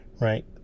right